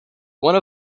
one